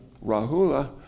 Rahula